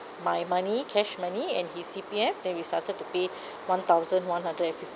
my money cash money and his C_P_F then we started to pay one thousand one hundred and fifty